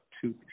two